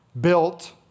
built